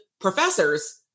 professors